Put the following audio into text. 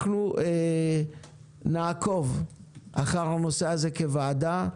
אנחנו נעקוב אחר הנושא הזה כוועדה.